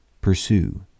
Pursue